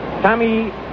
Tommy